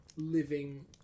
living